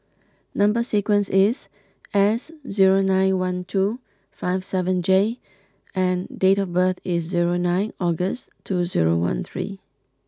number sequence is S zero nine one two five seven J and date of birth is zero nine August two zero one three